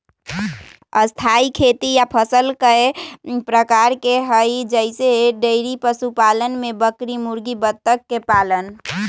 स्थाई खेती या फसल कय प्रकार के हई जईसे डेइरी पशुपालन में बकरी मुर्गी बत्तख के पालन